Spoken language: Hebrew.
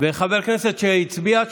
חבר כנסת שהצביע,